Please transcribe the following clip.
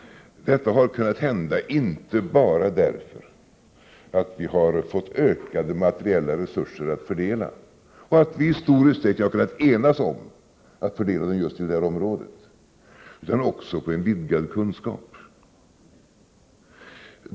Det har kunnat hända inte bara därför att vi har fått ökade materiella resurser att fördela och därför att vi i stor utsträckning har kunnat enas om att fördela dem på detta område, utan också därför att man har fått en vidgad kunskap.